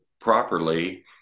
properly